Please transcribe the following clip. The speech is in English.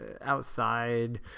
outside